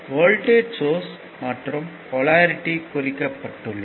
voltage source மற்றும் polarity குறிக்கப்பட்டுள்ளது